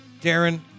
Darren